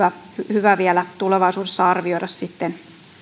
hyvä vielä tulevaisuudessa arvioida sitten tähän liittyen